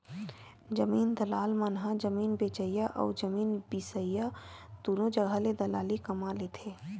जमीन दलाल मन ह जमीन बेचइया अउ जमीन बिसईया दुनो जघा ले दलाली कमा लेथे